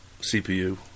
CPU